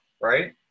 right